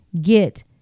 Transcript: get